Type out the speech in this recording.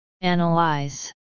Analyze